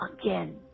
again